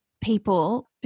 people